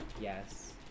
Yes